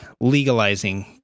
legalizing